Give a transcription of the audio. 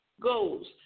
goals